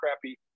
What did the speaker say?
crappy